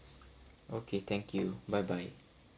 okay thank you bye bye